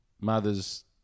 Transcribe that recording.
mother's